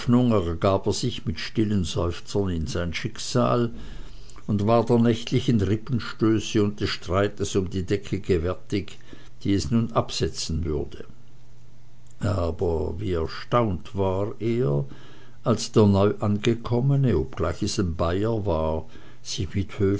sich mit stillen seufzern in sein schicksal und war der nächtlichen rippenstöße und des streites um die decke gewärtig die es nun absetzen würde aber wie erstaunt war er als der neuangekommene obgleich es ein bayer war sich